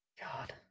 God